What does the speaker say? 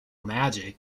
magic